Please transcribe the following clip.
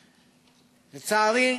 לצערי,